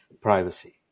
privacy